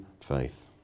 faith